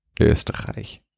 Österreich